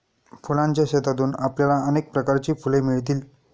फुलांच्या शेतातून आपल्याला अनेक प्रकारची फुले मिळतील